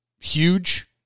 huge